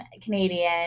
Canadian